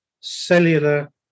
cellular